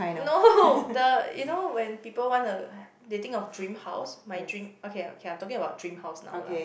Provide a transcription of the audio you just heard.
no the you know when people wanna they think of dream house my dream okay okay lah I'm talking about dream house now lah